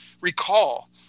recall